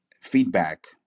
feedback